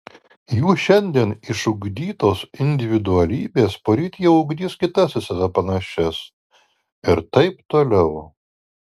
jų šiandien išugdytos individualybės poryt jau ugdys kitas į save panašias ir taip toliau